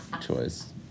choice